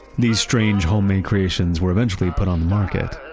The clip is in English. these strange homemade creations were eventually put on the market.